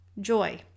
joy